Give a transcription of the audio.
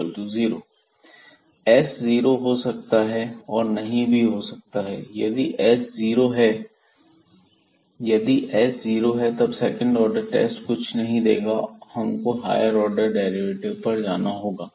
s 0 हो सकता है हो सकता है और नहीं भी हो सकता है यदि s जीरो है तब सेकंड ऑर्डर टेस्ट कुछ नहीं देगा और हमको हायर ऑर्डर डेरीवेटिव पर जाना होगा